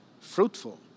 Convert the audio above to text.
fruitful